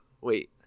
wait